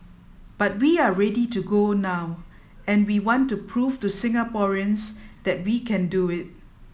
but we are ready to go now and we want to prove to Singaporeans that we can do it